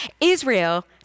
Israel